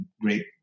great